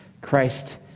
Christ